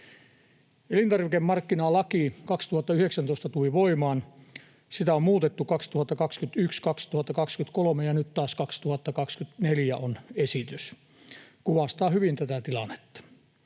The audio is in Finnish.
Elintarvikemarkkinalaki tuli voimaan 2019. Sitä on muutettu 2021, 2023, ja nyt taas 2024 on esitys. Se kuvastaa hyvin tätä tilannetta.